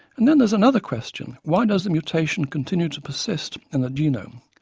and then there is another question why does the mutation continue to persist in the genome?